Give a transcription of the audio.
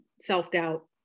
self-doubt